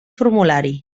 formulari